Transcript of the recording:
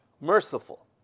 merciful